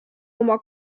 oma